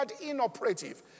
inoperative